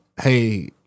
hey